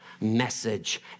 message